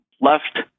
left